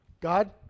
God